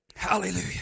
Hallelujah